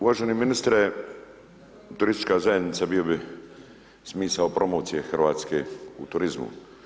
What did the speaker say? Uvaženi ministre, turistička zajednica bila bi smisao promocije Hrvatske u turizmu.